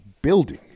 building